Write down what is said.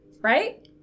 right